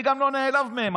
אני גם לא נעלב מהם.